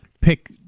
pick